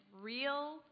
Real